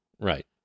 Right